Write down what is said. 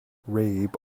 rabe